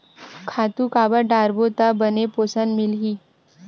खातु काबर डारबो त बने पोषण मिलही?